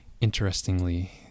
Interestingly